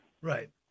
Right